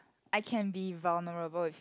I can be vulnerable if